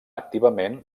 activament